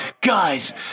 Guys